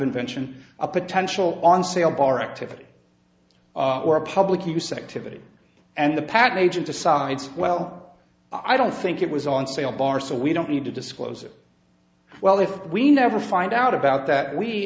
invention a potential on sale bar activity or a public use effectivity and the patent agent decides well i don't think it was on sale bar so we don't need to disclose it well if we never find out about that we